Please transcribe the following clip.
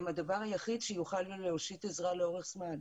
הדבר היחיד שיוכל להושיט עזרה לאורך זמן.